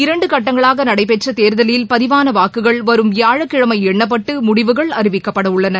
இரண்டு கட்டங்களாக நடைபெற்ற தேர்தலில் பதிவான வாக்குகள் வரும் வியாழக்கிழமை எண்ணப்பட்டு முடிவுகள் அறிவிக்கப்படவுள்ளன